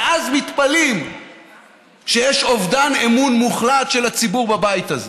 ומתפלאים שיש אובדן אמון מוחלט של הציבור בבית הזה,